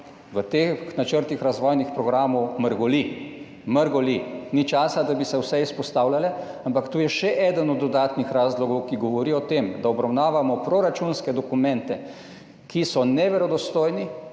v teh načrtih razvojnih programov mrgoli. Mrgoli. Ni časa, da bi se vse izpostavljale, ampak to je še eden od dodatnih razlogov, ki govorijo o tem, da obravnavamo proračunske dokumente, ki so neverodostojni.